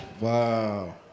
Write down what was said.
Wow